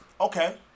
Okay